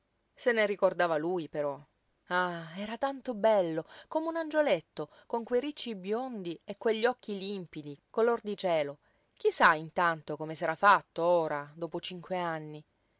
se ne ricordava lui però ah era tanto bello come un angioletto con quei ricci biondi e quegli occhi limpidi color di cielo chi sa intanto come s'era fatto ora dopo cinque anni